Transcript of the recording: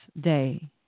day